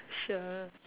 sure